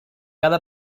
cada